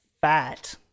Fat